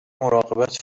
مراقبت